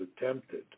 attempted